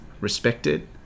respected